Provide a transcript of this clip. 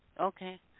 Okay